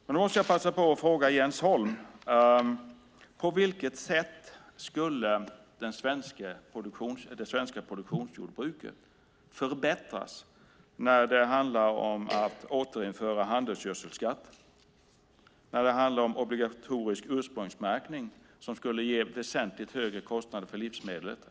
Då ska jag passa på att fråga Jens Holm: På vilket sätt skulle det svenska produktionsjordbruket förbättras när det handlar om att återinföra handelsgödselskatt, att införa obligatorisk ursprungsmärkning som skulle ge väsentligt högre kostnader för livsmedel?